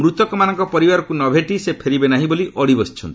ମୃତକମାନଙ୍କ ପରିବାରକୁ ନ ଭେଟି ସେ ଫେରିବେ ନାହିଁ ବୋଲି ଅଡ଼ି ବସିଛନ୍ତି